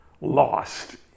lost